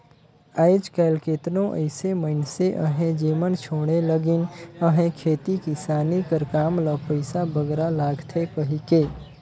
आएज काएल केतनो अइसे मइनसे अहें जेमन छोंड़े लगिन अहें खेती किसानी कर काम ल पइसा बगरा लागथे कहिके